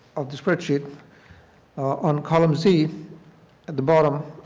of the spreadsheet on column c at the bottom,